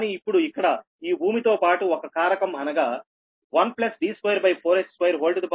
కానీ ఇప్పుడు ఇక్కడ ఈ భూమితోపాటు ఒక కారకం అనగా 1D24h212పెంచబడుతుంది